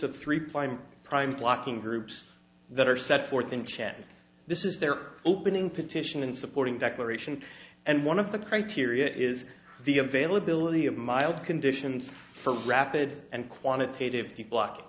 of three prime prime blocking groups that are set forth in chad this is their opening petition and supporting declaration and one of the criteria is the availability of mild conditions for rapid and quantitative to block